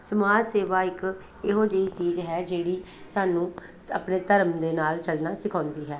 ਸਮਾਜ ਸੇਵਾ ਇੱਕ ਇਹੋ ਜਿਹੀ ਚੀਜ਼ ਹੈ ਜਿਹੜੀ ਸਾਨੂੰ ਆਪਣੇ ਧਰਮ ਦੇ ਨਾਲ ਚੱਲਣਾ ਸਿਖਾਉਂਦੀ ਹੈ